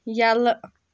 یَلہٕ